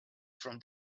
from